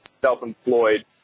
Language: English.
self-employed